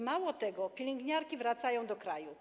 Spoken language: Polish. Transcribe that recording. Mało tego, pielęgniarki wracają do kraju.